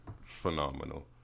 phenomenal